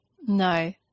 No